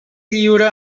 lliure